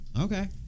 okay